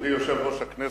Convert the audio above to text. מכובדי יושב-ראש הכנסת,